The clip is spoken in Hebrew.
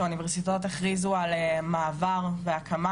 כשהאוניברסיטאות הכריזו על מעבר והקמה